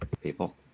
people